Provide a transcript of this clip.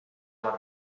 oma